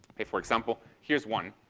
okay. for example, here's one.